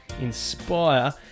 inspire